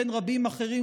בין רבים אחרים,